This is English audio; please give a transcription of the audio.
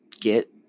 get